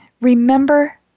remember